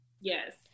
Yes